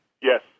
Yes